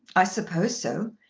i suppose so.